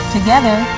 Together